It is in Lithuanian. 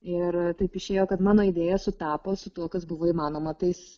ir taip išėjo kad mano idėja sutapo su tuo kas buvo įmanoma tais